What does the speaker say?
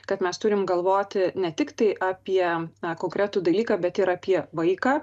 kad mes turim galvoti ne tiktai apie na konkretų dalyką bet ir apie vaiką